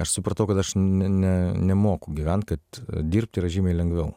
aš supratau kad aš ne ne nemoku gyvent kad dirbt yra žymiai lengviau